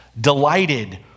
delighted